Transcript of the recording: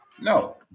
No